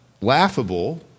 laughable